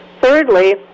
Thirdly